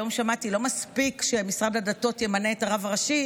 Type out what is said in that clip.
היום שמעתי שלא מספיק שמשרד הדתות ימנה את הרב הראשי,